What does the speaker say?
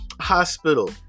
Hospital